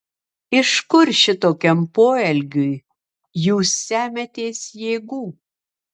iš kur šitokiam poelgiui jūs semiatės jėgų